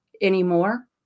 anymore